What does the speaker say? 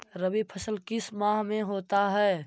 रवि फसल किस माह में होता है?